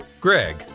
Greg